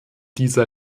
dieser